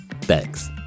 Thanks